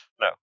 No